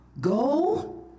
go